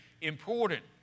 important